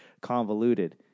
convoluted